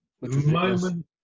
moment